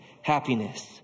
happiness